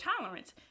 tolerance